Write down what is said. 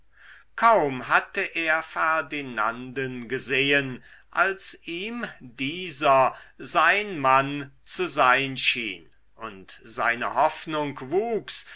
kaum hatte er ferdinanden gesehen als ihm dieser sein mann zu sein schien und seine hoffnung wuchs